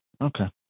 Okay